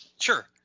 sure